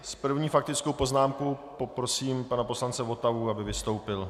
S první faktickou poznámkou poprosím pana poslance Votavu, aby vystoupil.